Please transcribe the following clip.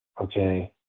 Okay